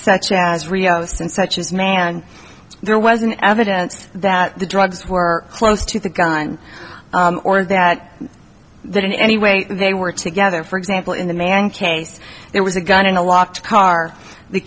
such as rios and such as man there was an evidence that the drugs were close to the gun or that that in any way they were together for example in the man case there was a gun in a locked car the